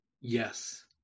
Yes